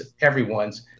everyone's